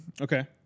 Okay